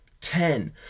ten